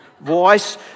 voice